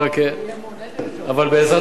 אבל בעזרת השם,